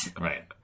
Right